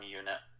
unit